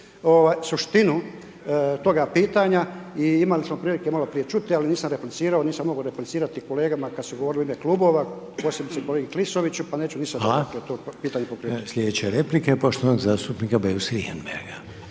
suštinu toga pitanja i imali smo prilike malo prije čuti, ali nisam replicirao, nisam mogao replicirati kolegama kad su govorili u ime Klubova, posebice kolegi Klisoviću, pa neću ni sad to to dakle to pitanje pokrenuti. **Reiner, Željko (HDZ)** Hvala. Sljedeće replike poštovanog zastupnika Beus Richembergha.